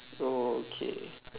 oh K